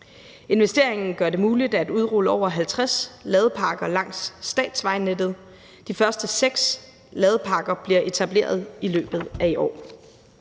Investeringen gør det muligt at udrulle over 50 ladeparker langs statsvejnettet. De første 6 ladeparker bliver etableret i løbet af i år.